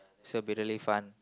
so it will be really fun